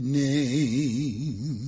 name